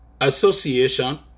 Association